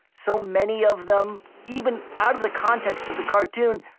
so many of them, even out of the context of the cartoon,